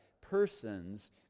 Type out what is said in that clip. persons